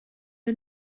you